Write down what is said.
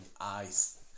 eyes